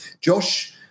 Josh